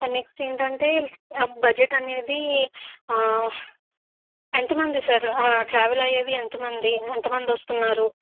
and next ఏంటంటే budget అనేది ఎంతమంది సార్ ట్రావెల్ అయ్యేది ఎంతమంది ఎంతమంది వస్తున్నారు